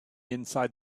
inside